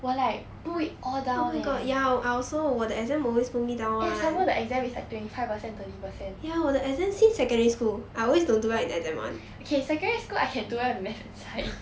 will like pull it all down eh and some more the exam is like twenty five percent thirty percent okay secondary school I can do well in maths and science